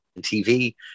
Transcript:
TV